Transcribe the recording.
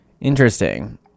Interesting